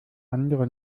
andere